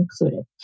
included